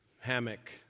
hammock